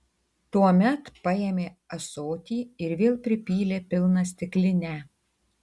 tuomet paėmė ąsotį ir vėl pripylė pilną stiklinę